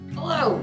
Hello